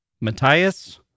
Matthias